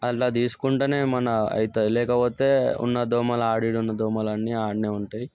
అట్లా తీసేసుకుంటేనే ఏమన్నా అవుతుంది లేకపోతే ఉన్న దోమలు ఆడ ఈడ ఉన్న దోమలన్నీ ఆడ్నే ఉంటాయి